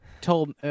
told